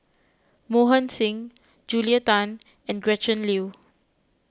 Mohan Singh Julia Tan and Gretchen Liu